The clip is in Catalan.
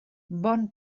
bon